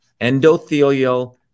endothelial